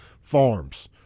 Farms